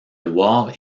loire